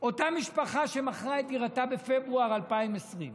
אותה משפחה שמכרה את דירתה בפברואר 2020,